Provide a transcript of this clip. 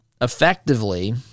effectively